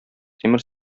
тимер